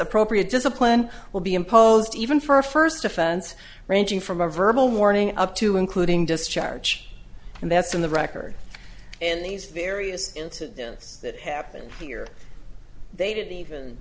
appropriate discipline will be imposed even for a first offense ranging from a verbal warning up to including discharge and that's in the record in these various incidents that happened here they didn't